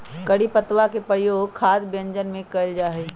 करी पत्तवा के प्रयोग खाद्य व्यंजनवन में कइल जाहई